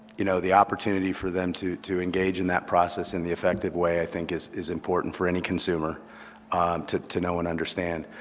you know the opportunity for them to to engage in that process in the affected way, i think, is is important for any consumer to to know and understand.